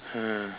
!huh!